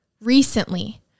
recently